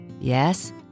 Yes